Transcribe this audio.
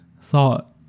thought